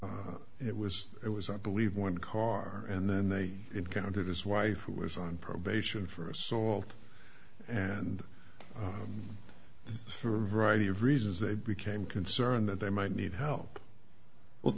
it was it was i believe one car and then they encountered his wife who was on probation for assault and for a variety of reasons they became concerned that they might need help well